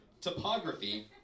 topography